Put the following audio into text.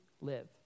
live